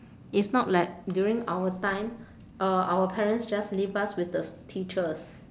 it's not like during our time uh our parents just leave us with the teachers